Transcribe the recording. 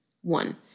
One